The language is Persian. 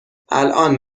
الان